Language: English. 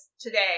today